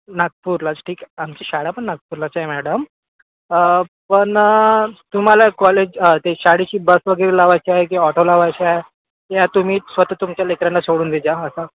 नागपूरलाच ठीक आहे आमची शाळा पण नागपूरलाच आहे मॅडम पण तुम्हाला कॉलेज ते शाळेची बस वगैरे लावायची आहे की ऑटो लावायचा आहे या तुम्हीच स्वत तुमच्या लेकरांना सोडून दे जा असा